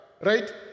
right